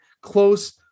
close